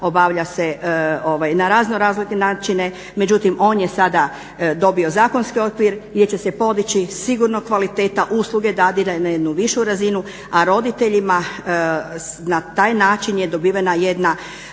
obavlja se na razno razne načine. Međutim, on je sada dobio zakonski okvir gdje će se podići sigurno kvaliteta usluge dadilja na jednu višu razinu a roditeljima na taj način je dobivena jedna